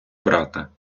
брата